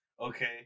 Okay